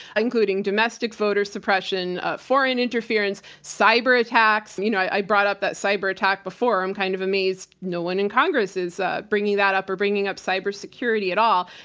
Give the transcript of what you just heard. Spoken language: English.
including domestic voter suppression, foreign interference, cyber attacks. you know, i brought up that cyber attack before. i'm kind of amazed no one in congress is bringing that up or bringing up cybersecurity at all,